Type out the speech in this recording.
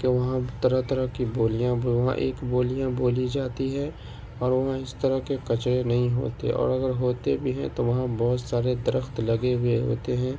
کہ وہاں طرح طرح بولیاں ایک بولیاں بولی جاتی ہے اور وہاں اس طرح کے کچرے نہیں ہوتے اور اگر ہوتے بھی ہیں تو وہاں بہت سارے درخت لگے ہوئے ہوتے ہیں